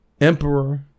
Emperor